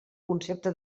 concepte